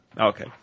Okay